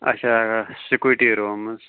اَچھا سٕکوٗٹی رٲومٕژ